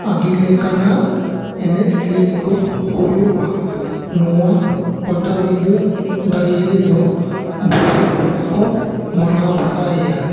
ᱟᱹᱰᱤ ᱞᱮᱠᱟᱱᱟᱜ ᱮᱱᱮᱡ ᱥᱮᱨᱮᱧ ᱠᱚ ᱦᱩᱭᱩᱜᱼᱟ ᱱᱚᱣᱟ ᱯᱟᱴᱟ ᱵᱤᱫᱟᱹ ᱰᱟᱹᱦᱤ ᱨᱮᱫᱚ ᱵᱩᱨᱩ ᱵᱚᱸᱜᱟ ᱠᱚ ᱢᱟᱱᱟᱣ ᱵᱟᱛᱟᱣ ᱮᱭᱟ